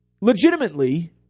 Legitimately